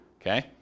Okay